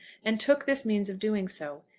and took this means of doing so.